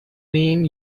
mean